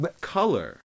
color